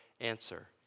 answer